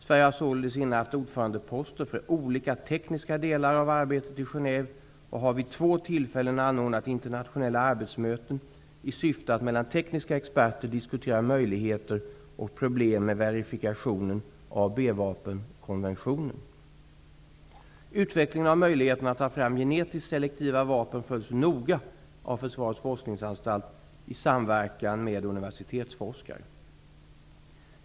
Sverige har således innehaft ordförandeposter för olika tekniska delar av arbetet i Genève och har vid två tillfällen anordnat internationella arbetsmöten i syfte att mellan tekniska experter diskutera möjligheter och problem med verifikation av B Utvecklingen av möjligheterna att ta fram genetiskt selektiva vapen följs noga av Försvarets forskningsanstalt i samverkan med universitetsforskare.